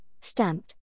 stamped